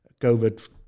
COVID